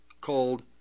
called